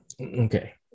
Okay